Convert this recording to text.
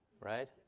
right